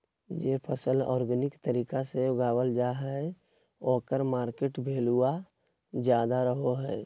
जे फसल ऑर्गेनिक तरीका से उगावल जा हइ ओकर मार्केट वैल्यूआ ज्यादा रहो हइ